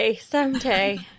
someday